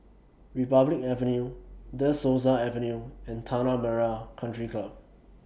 Republic Avenue De Souza Avenue and Tanah Merah Country Club